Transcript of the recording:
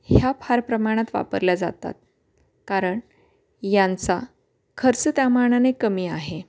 ह्या फार प्रमाणात वापरल्या जातात कारण यांचा खर्च त्यामानाने कमी आहे